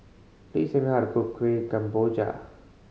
please tell me how to cook Kuih Kemboja